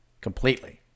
completely